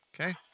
Okay